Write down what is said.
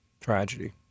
tragedy